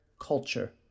culture